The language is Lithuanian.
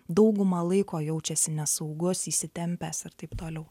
dauguma laiko jaučiasi nesaugus įsitempęs ir taip toliau